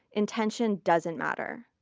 intention doesn't matter.